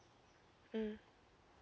mm